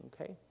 Okay